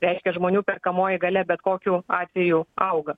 reiškia žmonių perkamoji galia bet kokiu atveju auga